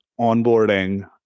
onboarding